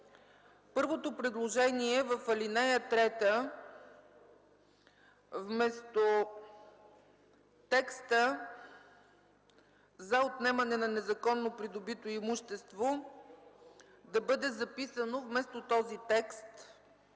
Първото предложение е в ал. 3 вместо текста „за отнемане на незаконно придобито имущество” да бъде записано „за отнемане